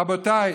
רבותיי,